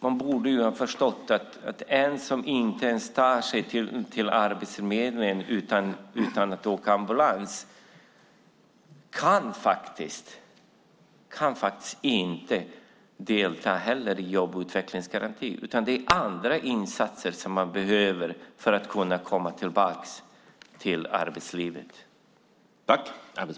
Man borde väl ha förstått att en som inte ens kan ta sig till Arbetsförmedlingen utan ambulans inte heller kan delta i jobb och utvecklingsgarantin, utan det är andra insatser som man behöver för att komma tillbaka till arbetslivet.